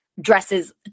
dresses